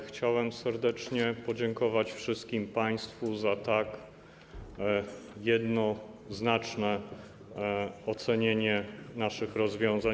Chciałbym serdecznie podziękować wszystkim państwu za tak jednoznaczne ocenienie naszych rozwiązań.